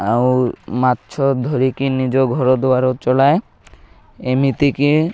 ଆଉ ମାଛ ଧରିକି ନିଜ ଘରଦ୍ୱାର ଚଲାଏ ଏମିତିକି